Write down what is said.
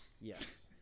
Yes